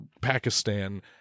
Pakistan